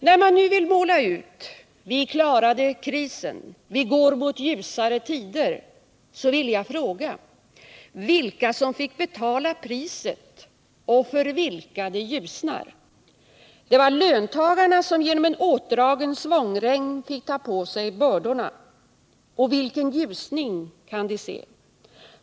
När man nu vill måla ut att ”vi klarar krisen, vi går mot ljusare tider”, vill jag fråga: Vilka fick betala priset och för vilka ljusnar det? Det var löntagarna som genom en åtdragen svångrem fick ta på sig bördorna. Och vilken ljusning kan de se?